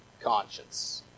conscience